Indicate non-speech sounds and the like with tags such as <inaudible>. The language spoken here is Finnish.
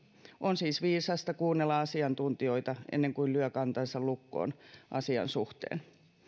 <unintelligible> <unintelligible> <unintelligible> on siis viisasta kuunnella asiantuntijoita ennen kuin lyö kantansa lukkoon asian suhteen